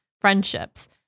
friendships